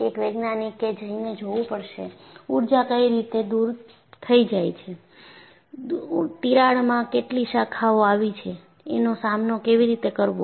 એક વૈજ્ઞાનિકે જઈને જોવું પડશે ઊર્જા કઈ રીતે દુર થઈ જાય છેતિરાડમાં કેટલી શાખાઓ આવી છેએનો સામનો કેવી રીતે કરવો